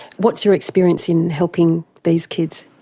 what's your experience in helping these kids?